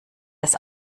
das